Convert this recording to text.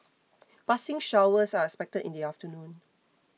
passing showers are expected in the afternoon